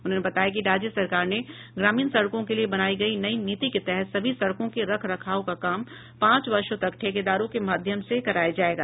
उन्होंने बताया कि राज्य सरकार ने ग्रामीण सड़कों के लिए बनाई गयी नई नीति के तहत सभी सड़कों के रख रखाव का काम पांच वर्षों तक ठेकेदारों के माध्यम से कराया जाएगा